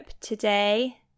today